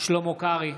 שלמה קרעי,